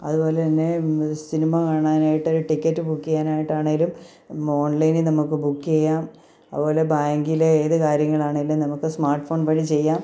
അതുപോലെ തന്നെ സിനിമ കാണാനായിട്ട് ടിക്കറ്റ് ബുക്ക് ചെയ്യാനായിട്ടാണെങ്കിലും ഓൺലൈനിൽ നമുക്ക് ബുക്ക് ചെയ്യാം അതുപോലെ ബാങ്കിലെ ഏത് കാര്യങ്ങളാണെങ്കിലും നമുക്ക് സ്മാർട്ട്ഫോൺ വഴി ചെയ്യാം